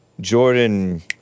Jordan